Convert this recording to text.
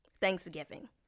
Thanksgiving